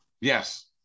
Yes